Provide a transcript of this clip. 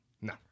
No